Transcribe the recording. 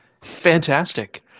Fantastic